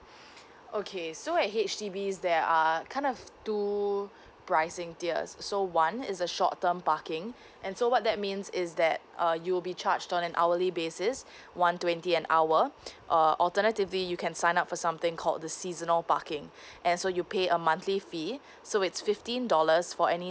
okay so at H_D_B there are kind of two pricing tiers so one is a short term parking and so what that means is that uh you'll be charged on an hourly basis one twenty an hour uh alternatively you can sign up for something called the seasonal parking and so you pay a monthly fee so it's fifteen dollars for any